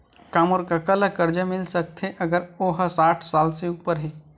का मोर कका ला कर्जा मिल सकथे अगर ओ हा साठ साल से उपर हे?